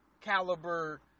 caliber